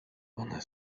one